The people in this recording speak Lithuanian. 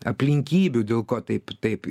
aplinkybių dėl ko taip taip